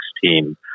team